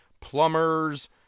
plumbers